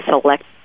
select